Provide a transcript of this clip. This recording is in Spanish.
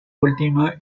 última